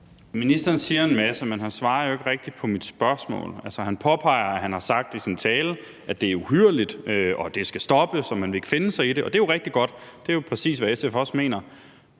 Ministeren siger en masse, men han svarer jo ikke rigtig på mit spørgsmål. Han påpeger, at han har sagt i sin tale, at det er uhyrligt, og at det skal stoppes, og at man ikke vil finde sig i det – og det er jo rigtig godt; det er jo præcis, hvad SF også mener